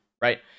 right